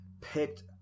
Picked